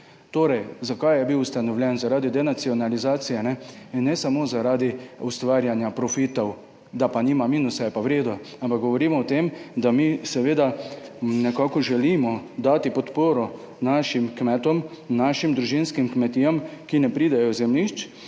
katerega je bil ustanovljen, to je zaradi denacionalizacije, ne samo zaradi ustvarjanja profitov, da nima minusa, je v redu, ampak govorimo o tem, da mi seveda želimo dati podporo našim kmetom, našim družinskim kmetijam, ki ne pridejo do zemljišč